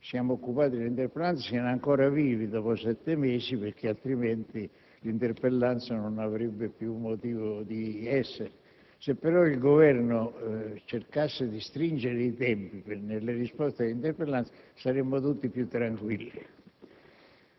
siamo occupati nell'interpellanza, siano ancora vivi, altrimenti essa non avrebbe più motivo di essere. Se però il Governo cercasse di stringere i tempi delle risposte alle interpellanze saremmo tutti più tranquilli.